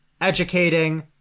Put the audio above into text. educating